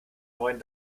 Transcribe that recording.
neuen